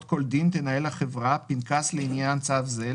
כל דין תנהל החברה פנקס לעניין צו זה,